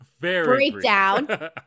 breakdown